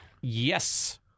Yes